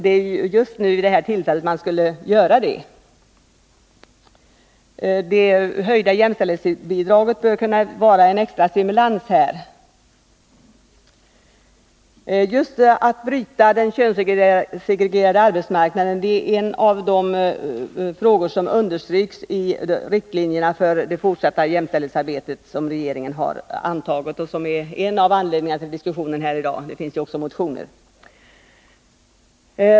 Det är just nu man borde göra det. Det höjda jämställdhetsbidraget bör kunna vara en extra stimulans här. Just att bryta den könssegregerade arbetsmarknaden är en av de frågor som understryks i de riktlinjer för det fortsatta jämställdhetsarbetet som regeringen antagit och som är en av anledningarna till diskussionen här i dag — det finns ju också motioner.